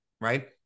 Right